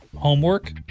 homework